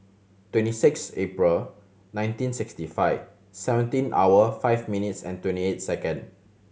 twenty six April nineteen sixty five seventeen hour five minutes and twenty eight second